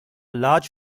large